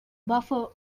buffer